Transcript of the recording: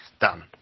Done